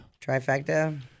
Trifecta